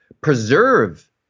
preserve